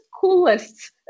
coolest